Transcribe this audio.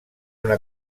una